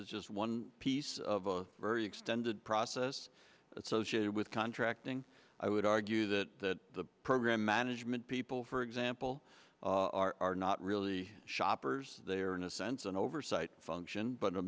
is just one piece of a very extended process that's ok with contracting i would argue that that the program management people for example are not really shoppers they are in a sense an oversight function but a